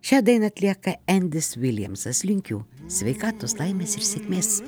šią dainą atlieka endis viljamsas linkiu sveikatos laimės ir sėkmės